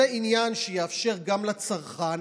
זה עניין שיאפשר גם לצרכן,